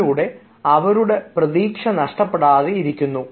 അതിലൂടെ അവരുടെ പ്രതീക്ഷ നഷ്ടപ്പെടാതെ ഇരിക്കുന്നു